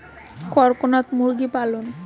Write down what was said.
করকনাথ মুরগি পালন?